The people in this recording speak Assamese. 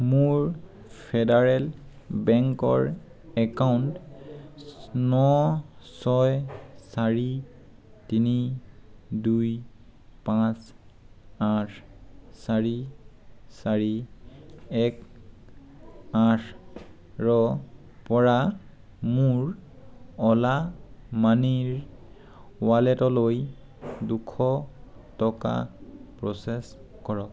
মোৰ ফেডাৰেল বেংকৰ একাউণ্ট ন ছয় চাৰি তিনি দুই পাঁচ আঠ চাৰি চাৰি এক আঠ ৰ পৰা মোৰ অ'লা মানিৰ ৱালেটলৈ দুশ টকা প্ৰ'চেছ কৰক